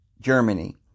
Germany